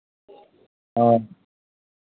हाँ